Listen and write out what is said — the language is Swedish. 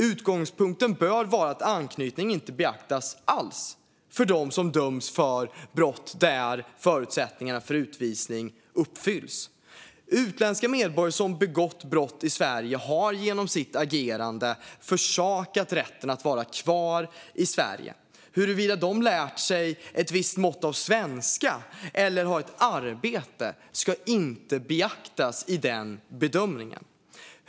Utgångspunkten bör vara att anknytning inte beaktas alls för dem som döms för brott där förutsättningarna för utvisning uppfylls. Utländska medborgare som begått brott i Sverige har genom sitt agerande försakat rätten att vara kvar i Sverige. Huruvida de har lärt sig ett visst mått av svenska eller har ett arbete ska inte beaktas i den bedömningen.